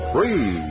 Free